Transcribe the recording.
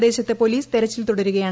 പ്രദേശത്ത് പോലീസ് തെരച്ചിൽ തുടരുകയാണ്